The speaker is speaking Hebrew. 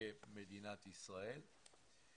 כמדינת ישראל.